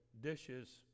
dishes